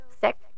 sick